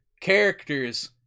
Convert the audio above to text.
characters